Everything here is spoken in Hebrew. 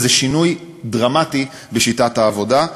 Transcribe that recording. וזה שינוי דרמטי בשיטת העבודה,